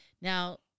Now